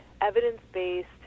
evidence-based